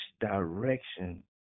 direction